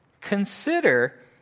consider